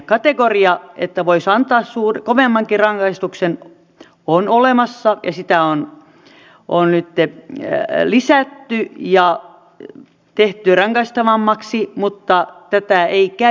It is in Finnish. kategoria että voisi antaa kovemmankin rangaistuksen on olemassa ja sitä on nyt lisätty ja tehty rangaistavammaksi mutta tätä ei käytetä